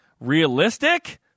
Realistic